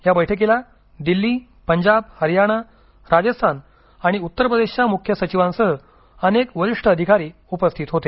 या बैठकीला दिल्ली पंजाबहरियाणा राजस्थान आणि उत्तर प्रदेशच्या मुख्य सचिवांसह अनेक वरिष्ठ अधिकारी उपस्थित होते